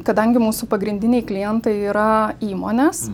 kadangi mūsų pagrindiniai klientai yra įmonės